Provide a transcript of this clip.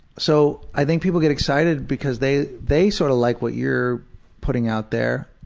so i think people get excited because they they sort of like what you're putting out there.